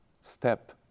step